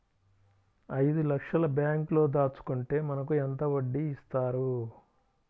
ఐదు లక్షల బ్యాంక్లో దాచుకుంటే మనకు ఎంత వడ్డీ ఇస్తారు?